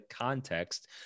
context